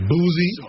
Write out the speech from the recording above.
Boozy